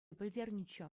пӗлтернӗччӗ